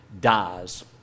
dies